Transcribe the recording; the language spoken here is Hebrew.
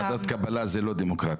ועדת קבלה זה לא דמוקרטיה,